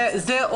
אם